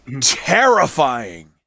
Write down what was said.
terrifying